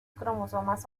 cromosomas